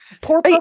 poor